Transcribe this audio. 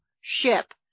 ship